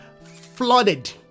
flooded